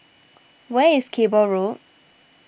where is Cable Road